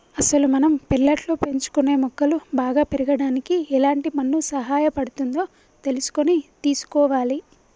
అసలు మనం పెర్లట్లో పెంచుకునే మొక్కలు బాగా పెరగడానికి ఎలాంటి మన్ను సహాయపడుతుందో తెలుసుకొని తీసుకోవాలి